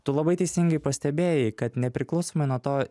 tu labai teisingai pastebėjai kad nepriklausomai nuo to